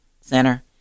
Center